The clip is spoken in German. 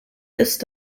ist